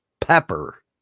pepper